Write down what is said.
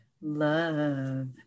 Love